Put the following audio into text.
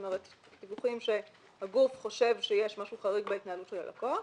כלומר דיווחים שהגוף חושב שיש משהו חריג בהתנהלות של הלקוח,